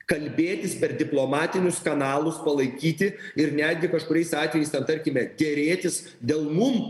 kalbėtis per diplomatinius kanalus palaikyti ir netgi kažkuriais atvejais tarkime derėtis dėl mum